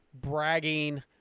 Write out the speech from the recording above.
bragging